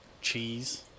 Cheese